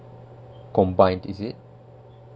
combine is it